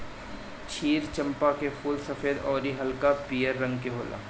क्षीर चंपा के फूल सफ़ेद अउरी हल्का पियर रंग के होला